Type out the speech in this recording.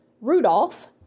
Rudolph